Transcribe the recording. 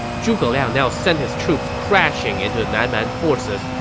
zhuge liang now sent his troops crashing into the nan man forces,